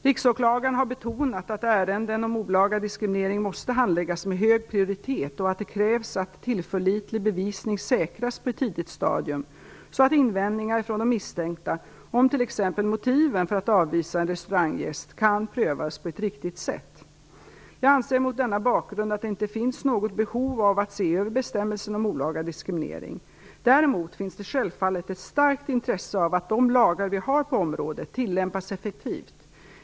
Riksåklagaren har betonat att ärenden om olaga diskriminering måste handläggas med hög prioritet och att det krävs att tillförlitlig bevisning säkras på ett tidigt stadium, så att invändningar från de misstänkta - om t.ex. motiven för att avvisa en restauranggäst - kan prövas på ett riktigt sätt. Jag anser mot denna bakgrund att det inte finns något behov av att se över bestämmelsen om olaga diskriminering. Däremot finns det självfallet ett starkt intresse av att de lagar vi har på området tillämpas effektivt.